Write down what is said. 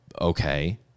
Okay